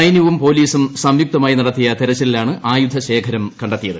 സൈന്യവും പോലീസും സംയുക്തമായി നടത്തിയ തെരച്ചിലിലാണ് ആയുധ ശേഖരം കണ്ടെത്തിയത്